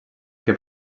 que